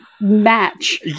match